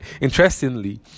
interestingly